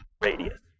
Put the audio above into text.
radius